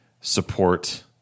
Support